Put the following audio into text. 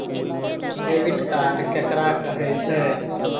Debit card ककरा कहै छै?